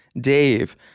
dave